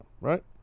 right